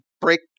break